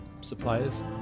suppliers